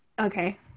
Okay